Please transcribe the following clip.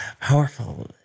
Powerful